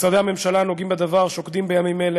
משרדי הממשלה הנוגעים בדבר שוקדים בימים אלה